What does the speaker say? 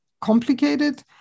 complicated